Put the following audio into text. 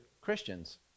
Christians